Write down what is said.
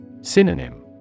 Synonym